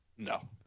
No